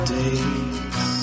days